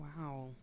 Wow